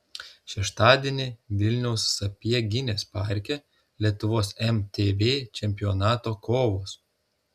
šeštadienį vilniaus sapieginės parke lietuvos mtb čempionato kovos